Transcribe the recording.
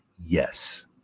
Yes